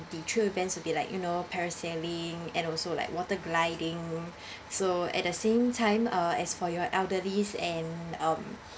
the thrill events would be like you know parasailing and also like water gliding so at the same time uh as for your elderlies and um